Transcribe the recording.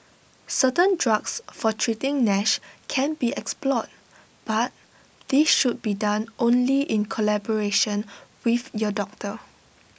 certain drugs for treating Nash can be explored but this should be done only in collaboration with your doctor